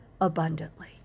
abundantly